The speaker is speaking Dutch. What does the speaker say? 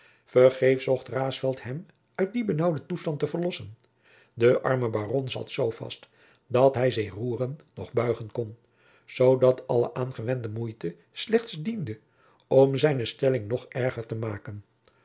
vergeefs zocht raesfelt hem uit dien benaauwden toestand te verlossen de arme baron zat zoo vast dat hij zich roeren noch buigen kon zoodat alle aangewendde moeite slechts diende om zijne stelling nog erger te maken